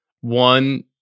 One